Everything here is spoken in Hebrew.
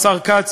השר כץ,